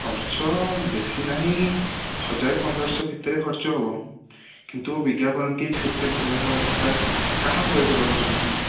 ଖର୍ଚ୍ଚ ବେଶୀ ନାହିଁ ହଜାରେ ପନ୍ଦରଶହ ଭିତରେ ଖର୍ଚ୍ଚ ହେବ କିନ୍ତୁ ବିଜ୍ଞାପନଟି ସେତେ ଭଲ ହେବା ଦରକାର କାହା ଉପରେ ଦେବାକୁ ଚାଁହୁଛନ୍ତି